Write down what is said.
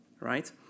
right